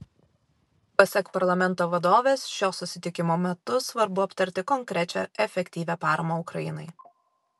pasak parlamento vadovės šio susitikimo metu svarbu aptarti konkrečią efektyvią paramą ukrainai